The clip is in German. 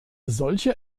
solche